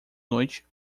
noite